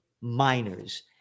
Minors